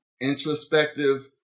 introspective